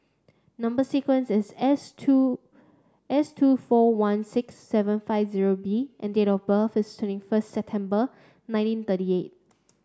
number sequence is S two S two four one six seven five zero B and date of birth is twenty first September nineteen thirty eight